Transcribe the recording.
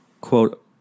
quote